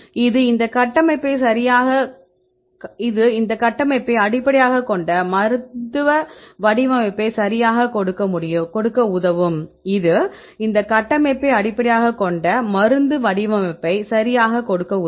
இது இந்த கட்டமைப்பை அடிப்படையாகக் கொண்ட மருந்து வடிவமைப்பை சரியாகக் கொடுக்க உதவும்